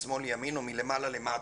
משמאל לימין או מלמעלה למטה,